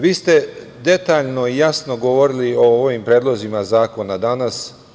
Vi ste detaljno i jasno govorili o ovim predlozima zakona danas.